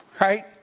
right